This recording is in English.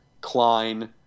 Klein